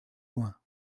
loin